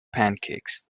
pancakes